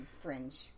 fringe